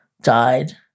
died